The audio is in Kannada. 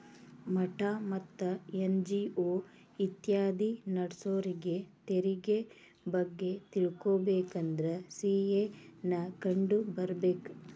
ಮಠಾ ಮತ್ತ ಎನ್.ಜಿ.ಒ ಇತ್ಯಾದಿ ನಡ್ಸೋರಿಗೆ ತೆರಿಗೆ ಬಗ್ಗೆ ತಿಳಕೊಬೇಕಂದ್ರ ಸಿ.ಎ ನ್ನ ಕಂಡು ಬರ್ಬೇಕ